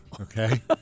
Okay